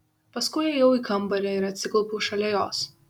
paskui įėjau į kambarį ir atsiklaupiau šalia jos